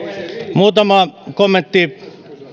muutama kommentti